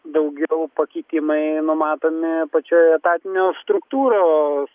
daugiau pakeitimai numatomi pačioje etatinio struktūros